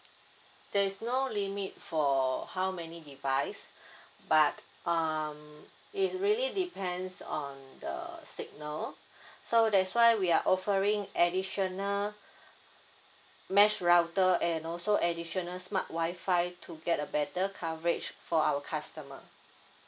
there is no limit for how many device but um it's really depends on the signal so that's why we are offering additional mesh router and also additional smart wifi to get a better coverage for our customer